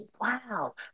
wow